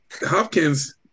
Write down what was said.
Hopkins